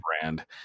brand